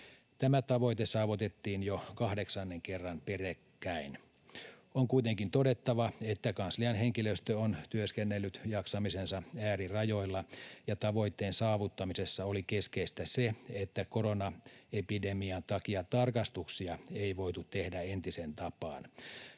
Tämä tavoite saavutettiin jo kahdeksannen kerran peräkkäin. On kuitenkin todettava, että kanslian henkilöstö on työskennellyt jaksamisensa äärirajoilla ja tavoitteen saavuttamisessa oli keskeistä se, että koronaepidemian takia tarkastuksia ei voitu tehdä entiseen tapaan.